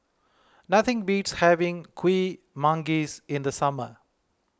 nothing beats having Kuih Manggis in the summer